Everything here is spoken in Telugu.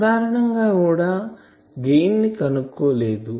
సాధారణం గా కూడా గెయిన్ ని కనుక్కోలేదు